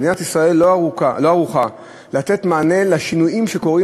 מדינת ישראל לא ערוכה לתת מענה על השינויים שקורים